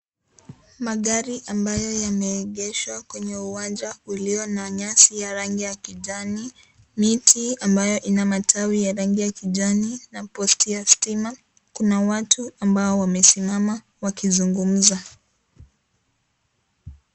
Magari ambayo yameegeshwa kwenye uwanja ulio na nyasi ya rangi ya kijani, miti ambayo ina matawi ya rangi ya kijani na post ya stima kuna watu ambao wamesimama wakizungumza.